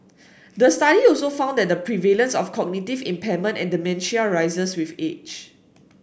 the study also found that the prevalence of cognitive impairment and dementia rises with age